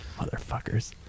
motherfuckers